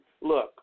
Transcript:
Look